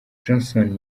johnson